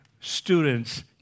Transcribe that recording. students